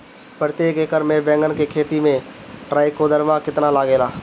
प्रतेक एकर मे बैगन के खेती मे ट्राईकोद्रमा कितना लागेला?